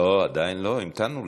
לא, עדיין לא, המתנו לך.